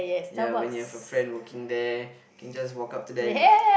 ya when you have a friend working there can just walk up to them